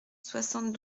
soixante